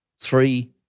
three